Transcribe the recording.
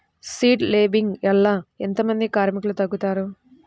Seed లేంబింగ్ వల్ల ఎంత మంది కార్మికులు తగ్గుతారు?